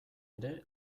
ere